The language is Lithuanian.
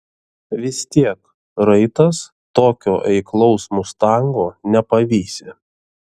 vis tiek raitas tokio eiklaus mustango nepavysi